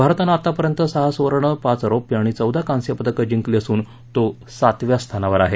भारतानं आतापर्यंत सहा सुवर्ण पाच रोप्य आणि चौदा कांस्यपदकं जिंकली असून तो सातव्या स्थानावर आहे